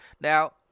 Now